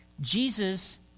Jesus